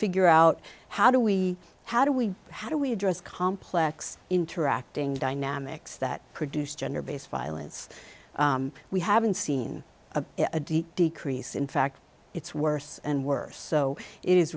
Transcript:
figure out how do we how do we how do we address complex interacting dynamics that produce gender based violence we haven't seen a deep decrease in fact it's worse and worse so it is